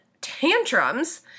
tantrums